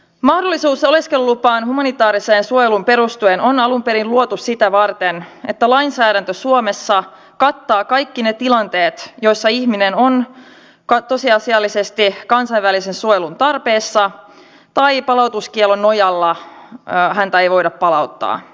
mahdollisuus oleskelulupaan humanitaariseen suojeluun perustuen on alun perin luotu sitä varten että lainsäädäntö suomessa kattaa kaikki ne tilanteet joissa ihminen on tosiasiallisesti kansainvälisen suojelun tarpeessa tai palautuskiellon nojalla häntä ei voida palauttaa